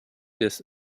des